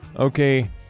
Okay